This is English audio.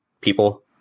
people